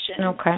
Okay